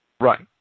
Right